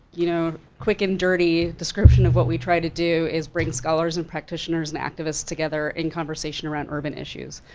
you know, quick and dirty description of what we try to do is bring scholars and practitioners and activists together in conversation around urban issues.